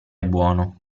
buono